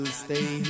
stay